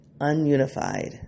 Ununified